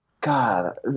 God